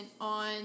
on